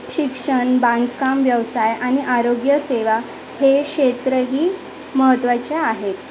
शिक्षण बांधकाम व्यवसाय आणि आरोग्य सेवा हे क्षेत्रही महत्त्वाचे आहे